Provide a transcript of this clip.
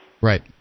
Right